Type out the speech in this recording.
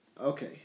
Okay